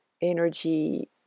energy